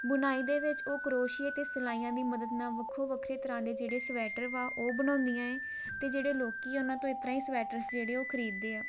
ਬੁਣਾਈ ਦੇ ਵਿੱਚ ਉਹ ਕਰੋਸ਼ੀਏ ਅਤੇ ਸਿਲਾਈਆਂ ਦੀ ਮਦਦ ਨਾਲ ਵੱਖੋ ਵੱਖਰੇ ਤਰ੍ਹਾਂ ਦੇ ਜਿਹੜੇ ਸਵੈਟਰ ਵਾ ਉਹ ਬਣਾਉਂਦੀਆਂ ਹੈ ਅਤੇ ਜਿਹੜੇ ਲੋਕ ਉਹਨਾਂ ਤੋਂ ਇਸ ਤਰ੍ਹਾਂ ਹੀ ਸਵੈਟਰਸ ਜਿਹੜੇ ਉਹ ਖਰੀਦ ਦੇ ਆ